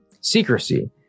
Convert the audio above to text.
secrecy